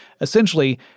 Essentially